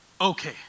Okay